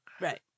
Right